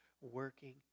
working